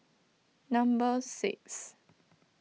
number six